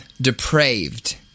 depraved